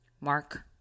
Mark